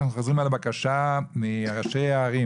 אנחנו חוזרים על הבקשה של ראשי הערים,